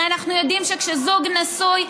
הרי אנחנו יודעים שכשזוג נשוי,